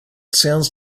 sounds